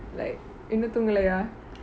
like இன்னு தூங்ஙளையா:innu toongelaiyaa